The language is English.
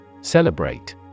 Celebrate